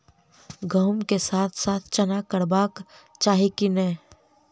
गहुम केँ साथ साथ चना करबाक चाहि की नै?